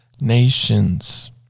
nations